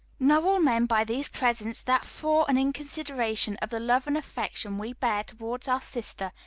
know all men by these presents, that for and in consideration of the love and affection we bear towards our sister,